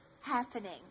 happening